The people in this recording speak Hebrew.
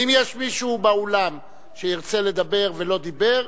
אם יש מישהו באולם שירצה לדבר ולא דיבר,